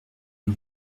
mon